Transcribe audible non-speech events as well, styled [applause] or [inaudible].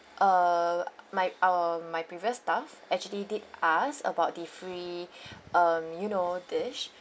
uh my um my previous staff actually did ask about the free [breath] um you know dish